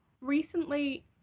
recently